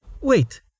Wait